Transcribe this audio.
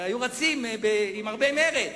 היו רצים עם הרבה מרץ.